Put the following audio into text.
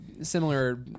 similar